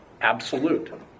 absolute